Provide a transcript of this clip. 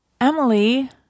Emily